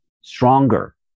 stronger